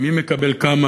מי מקבל כמה,